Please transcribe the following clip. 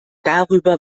darüber